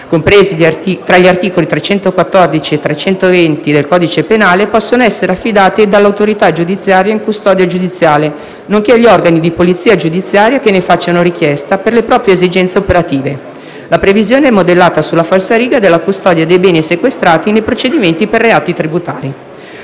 compresi tra gli articoli 314 e 320 del codice penale, possono essere affidati dall'autorità giudiziaria in custodia giudiziale, nonché agli organi di polizia giudiziaria che ne facciano richiesta per le proprie esigenze operative. La previsione è modellata sulla falsariga della custodia dei beni sequestrati nei procedimenti per reati tributari.